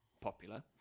popular